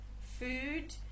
food